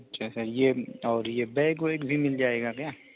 अच्छा सर यह और यह बैग वैग भी मिल जाएगा क्या